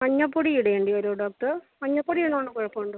മഞ്ഞപ്പൊടി ഇടേണ്ടി വരുവോ ഡോക്ടർ മഞ്ഞപ്പൊടി ഉള്ളതുകൊണ്ട് കുഴപ്പമുണ്ടോ